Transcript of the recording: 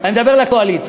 ואני מדבר לקואליציה.